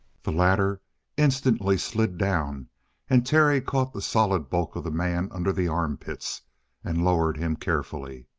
the latter instantly slid down and terry caught the solid bulk of the man under the armpits and lowered him carefully.